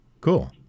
Cool